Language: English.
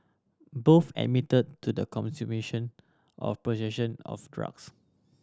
both admitted to the consumption or possession of drugs